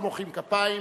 לא מוחאים כפיים.